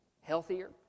healthier